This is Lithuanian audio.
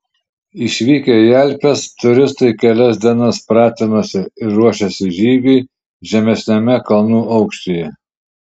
išvykę į alpes turistai kelias dienas pratinosi ir ruošėsi žygiui žemesniame kalnų aukštyje